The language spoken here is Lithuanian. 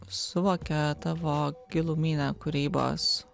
suvokia tavo giluminę kūrybos